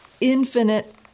infinite